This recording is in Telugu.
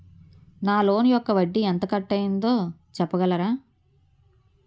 నా లోన్ యెక్క వడ్డీ ఎంత కట్ అయిందో చెప్పగలరా?